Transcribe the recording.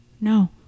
No